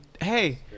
Hey